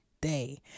day